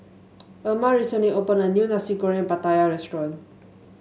Erma recently opened a new Nasi Goreng Pattaya restaurant